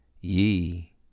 Ye